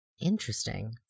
Interesting